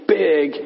big